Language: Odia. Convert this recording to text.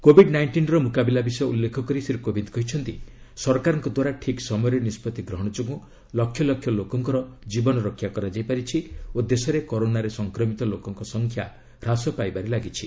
କୋବିଡ୍ ନାଇଷ୍ଟିନ୍ର ମୁକାବିଲା ବିଷୟ ଉଲ୍ଲେଖ କରି ଶ୍ରୀ କୋବିନ୍ଦ କହିଛନ୍ତି ସରକାରଙ୍କ ଦ୍ୱାରା ଠିକ୍ ସମୟରେ ନିଷ୍ପଭି ଗ୍ରହଣ ଯୋଗୁଁ ଲକ୍ଷଲକ୍ଷ ଲୋକଙ୍କର କୀବନରକ୍ଷା କରାଯାଇପାରିଛି ଓ ଦେଶରେ କରୋନାରେ ସଂକ୍ରମିତ ଲୋକଙ୍କ ସଂଖ୍ୟା ହ୍ରାସ ପାଇବାରେ ଲାଗିଛି